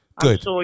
good